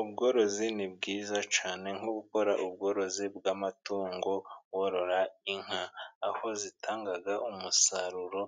Ubworozi ni bwiza cyane nko gukora ubworozi bw'amatungo worora inka. Aho zitangaga umusaruro